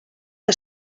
que